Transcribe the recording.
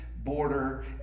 Border